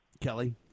Kelly